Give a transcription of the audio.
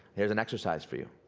here's an exercise for you.